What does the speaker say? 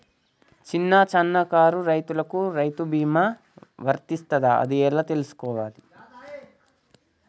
చిన్న సన్నకారు రైతులకు రైతు బీమా వర్తిస్తదా అది ఎలా తెలుసుకోవాలి?